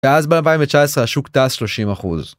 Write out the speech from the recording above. ואז ב-2019 השוק טס 30 אחוז.